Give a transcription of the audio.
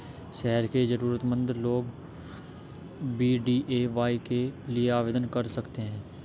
शहर के जरूरतमंद लोग भी डी.ए.वाय के लिए आवेदन कर सकते हैं